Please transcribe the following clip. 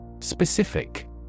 Specific